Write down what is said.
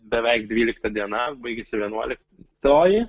beveik dvylikta diena baigėsi vienuoliktoji